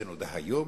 זה נודע היום?